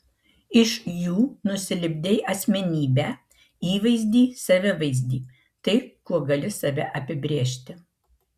iš jų nusilipdei asmenybę įvaizdį savivaizdį tai kuo gali save apibrėžti